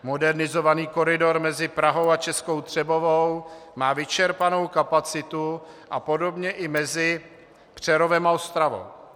Modernizovaný koridor mezi Prahou a Českou Třebovou má vyčerpanou kapacitu a podobně i mezi Přerovem a Ostravou.